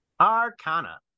Arcana